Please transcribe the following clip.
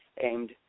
aimed